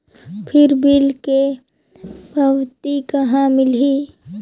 फिर बिल के पावती कहा मिलही?